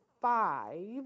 five